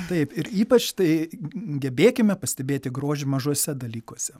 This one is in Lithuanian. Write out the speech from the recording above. taip ir ypač tai gebėkime pastebėti grožį mažuose dalykuose